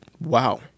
Wow